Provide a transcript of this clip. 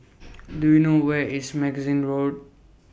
Do YOU know Where IS Magazine Road